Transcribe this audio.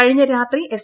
കഴിഞ്ഞ് രാത്രി എസ്